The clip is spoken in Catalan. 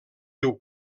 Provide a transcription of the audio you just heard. riu